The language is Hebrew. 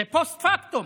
זה פוסט-פקטום.